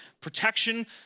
protection